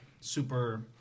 super